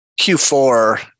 Q4